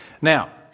Now